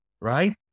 right